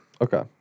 Okay